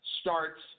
starts